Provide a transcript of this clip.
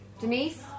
Denise